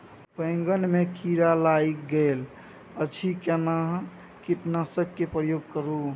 बैंगन में कीरा लाईग गेल अछि केना कीटनासक के प्रयोग करू?